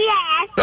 Yes